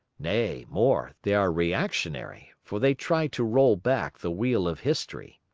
nay more, they are reactionary, for they try to roll back the wheel of history.